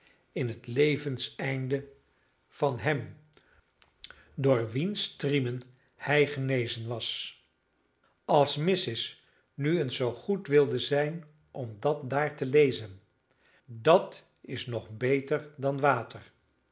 in het levenseinde van hem door wiens striemen hij genezen was als missis nu eens zoo goed wilde zijn om dat daar te lezen dat is nog beter dan water